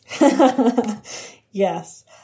Yes